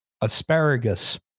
asparagus